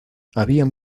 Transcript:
habían